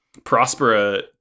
Prospera